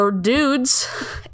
dudes